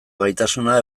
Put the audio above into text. gaitasuna